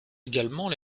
également